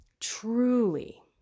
Truly